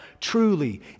truly